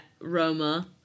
Roma